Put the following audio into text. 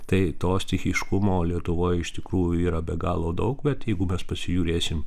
tai to stichiškumo lietuvoj iš tikrųjų yra be galo daug bet jeigu mes pasižiūrėsim